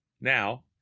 now